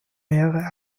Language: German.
mehrere